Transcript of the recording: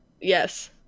Yes